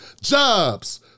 jobs